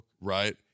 right